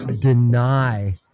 deny